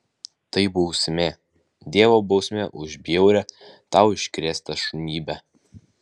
tai bausmė dievo bausmė už bjaurią tau iškrėstą šunybę